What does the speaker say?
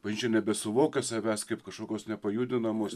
bažnyčia nebesuvokia savęs kaip kažkokios nepajudinamos